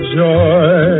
joy